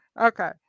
Okay